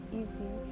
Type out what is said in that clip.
easy